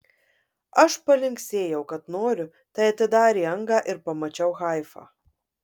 aš palinksėjau kad noriu tai atidarė angą ir pamačiau haifą